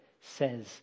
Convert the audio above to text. says